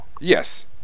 Yes